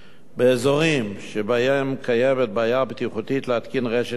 באזורים שבהם קיימת בעיה בטיחותית בהתקנת רשת קווית,